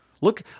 Look